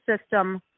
system